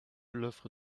l’offre